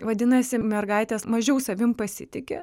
vadinasi mergaitės mažiau savim pasitiki